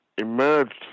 emerged